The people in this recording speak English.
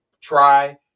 try